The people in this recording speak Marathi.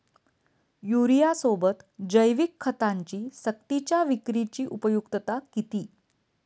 युरियासोबत जैविक खतांची सक्तीच्या विक्रीची उपयुक्तता किती?